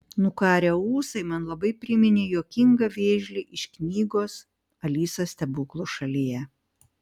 nukarę ūsai man labai priminė juokingą vėžlį iš knygos alisa stebuklų šalyje